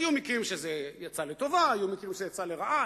היו מקרים שזה יצא לטובה, היו מקרים שזה יצא לרעה.